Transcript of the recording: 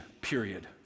Period